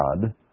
God